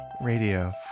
Radio